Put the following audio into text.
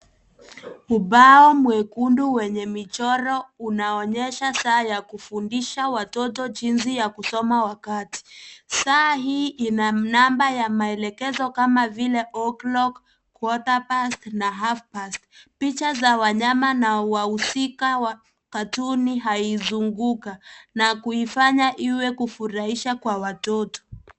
Ubao mwekundu wenye michoro unaonyesha saa ya kufundisha watoto jinsi ya kusoma wakati. Saa hii ina ya namba ya maelekezo kama vile o,clock, quarter past na half past . Picha za wanyama na wahusika katuni haizunguka, na kuifanya iwe kufurahisha kwa watoto.